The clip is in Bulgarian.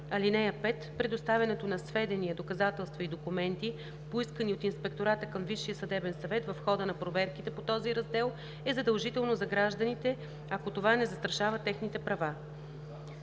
това. (5) Предоставянето на сведения, доказателства и документи, поискани от Инспектората към Висшия съдебен съвет в хода на проверките по този раздел, е задължително за гражданите, ако това не застрашава техните права.“